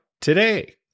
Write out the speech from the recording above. today